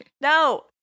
No